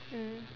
mm